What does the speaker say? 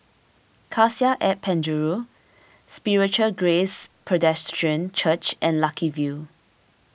Cassia at Penjuru Spiritual Grace Presbyterian Church and Lucky View